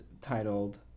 titled